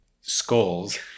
skulls